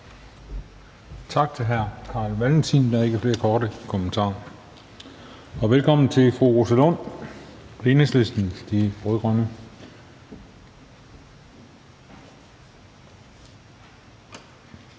Tak til hr. Carl Valentin. Der er ikke flere korte bemærkninger, og velkommen til fru Rosa Lund, Enhedslisten. De Rød-Grønne.